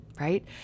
right